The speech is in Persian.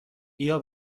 بیا